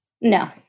No